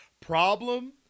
problem